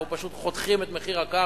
אנחנו פשוט חותכים את מחיר הקרקע.